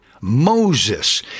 Moses